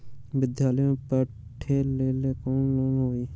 विद्यालय में पढ़े लेल कौनो लोन हई?